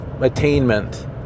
attainment